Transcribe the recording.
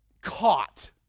Caught